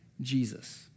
Jesus